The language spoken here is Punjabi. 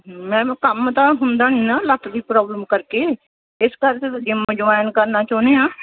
ਮੈਮ ਕੰਮ ਤਾਂ ਹੁੰਦਾ ਨਹੀਂ ਨਾ ਲੱਤ ਦੀ ਪ੍ਰੋਬਲਮ ਕਰਕੇ ਇਸ ਕਰਕੇ ਜਿੰਮ ਜੁਆਇਨ ਕਰਨਾ ਚਾਹੁੰਦੇ ਆ